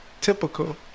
Typical